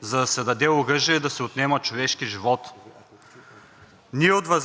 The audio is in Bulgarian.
за да се даде оръжие, да се отнема човешки живот. Ние от ВЪЗРАЖДАНЕ смятаме, че даването на оръжие също така е и заплаха за националната сигурност на България. Благодаря.